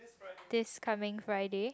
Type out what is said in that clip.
this coming Friday